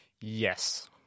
Yes